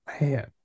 man